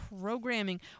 programming